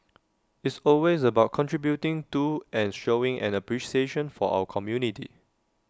it's always about contributing to and showing an appreciation for our community